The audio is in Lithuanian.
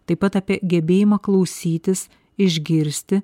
taip pat apie gebėjimą klausytis išgirsti